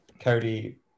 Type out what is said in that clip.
cody